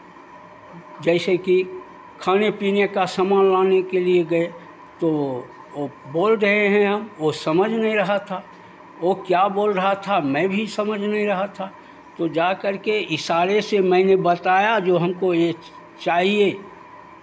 जैसे कि खाने पीने का सामान लाने के लिये गये तो ओ बोल रहे हैं हम वो समझ नहीं रहा था ओ क्या बोल रहा था मैं भी समझ नहीं रहा था तो जा करके इशारे से मैंने बताया जो हमको ये चाहिये